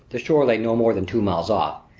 the shore lay no more than two miles off,